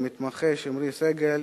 למתמחה שמרי סגל,